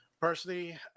Personally